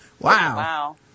Wow